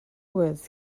was